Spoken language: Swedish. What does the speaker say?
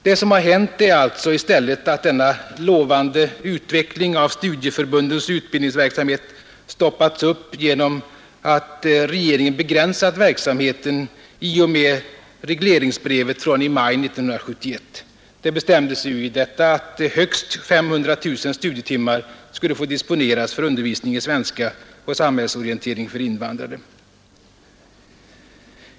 Det som har hänt är alltså i stället, att denna lovande utveckling av studieförbundens utbildningsverksamhet stoppats upp genom att regeringen begränsat verksamheten i och med regleringsbrevet från i maj 1971. Det bestämdes ju i detta att högst 500 000 studietimmar skulle få disponeras för undervisning i svenska och samhällsorientering för invandrare.